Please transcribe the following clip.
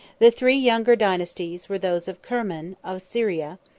the three younger dynasties were those of kerman, of syria,